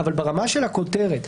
אבל ברמה של הכותרת,